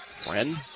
Friend